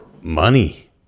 money